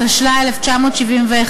התשל"א 1971,